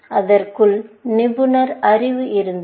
இதற்குள் நிபுணர் அறிவு இருந்தது